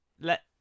let